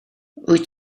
rwyt